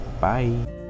Bye